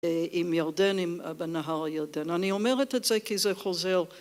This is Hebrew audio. עם ירדן, עם... בנהר הירדן. אני אומרת את זה כי זה חוזר...